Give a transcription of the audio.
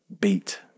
beat